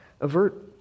avert